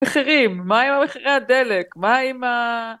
מחירים מה עם מחירי הדלק מה עם ה...